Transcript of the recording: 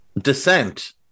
dissent